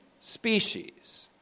species